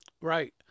Right